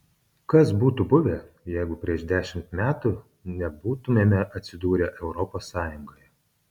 kas būtų buvę jeigu prieš dešimt metų nebūtumėme atsidūrę europos sąjungoje